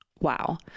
Wow